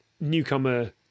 newcomer